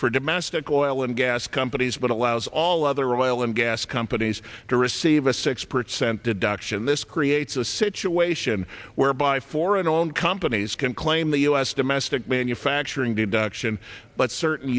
for domestic oil and gas companies but allows all other oil and gas companies to receive a six percent deduction this creates a situation whereby foreign owned companies can claim the u s domestic manufacturing deduction but certain